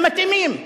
הם מתאימים.